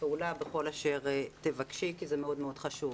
הפעולה בכל אשר תבקשי כי זה מאוד מאוד חשוב.